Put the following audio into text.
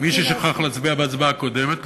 שמי ששכח להצביע בהצבעה הקודמת,